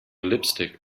lipstick